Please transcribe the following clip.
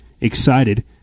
excited